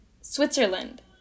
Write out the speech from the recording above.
Switzerland